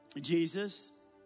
Jesus